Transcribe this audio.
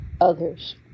others